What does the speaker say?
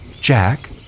Jack